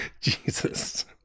Jesus